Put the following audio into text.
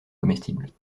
comestibles